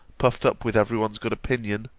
puffed up with every one's good opinion,